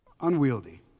unwieldy